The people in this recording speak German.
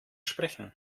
sprechen